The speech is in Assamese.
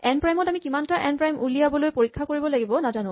এনপ্ৰইম ত আমি কিমানটা সংখ্যাক এনপ্ৰাইম উলিয়াবলৈ পৰীক্ষা কৰিব লাগিব নাজানো